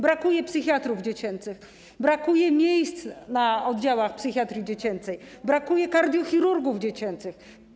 Brakuje psychiatrów dziecięcych, brakuje miejsc na oddziałach psychiatrii dziecięcej, brakuje kardiochirurgów dziecięcych.